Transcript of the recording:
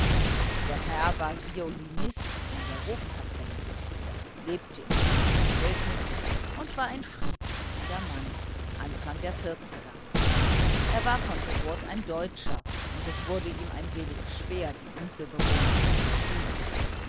der herr war violinist an der hofkapelle lebte in guten verhältnissen und war ein friedliebender mann anfang der vierziger er war von geburt ein deutscher und es wurde ihm ein wenig schwer die inselbewohner zu verstehen